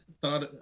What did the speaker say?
thought